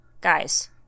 Guys